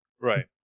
Right